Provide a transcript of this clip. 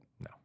No